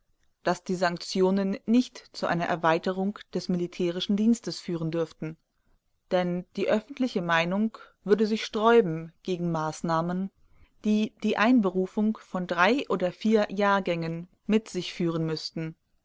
daß die sanktionen nicht zu einer erweiterung des militärischen dienstes führen dürften denn die öffentliche meinung würde sich sträuben gegen maßnahmen die die einberufung von drei oder vier jahrgängen mit sich führen müßten